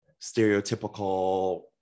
stereotypical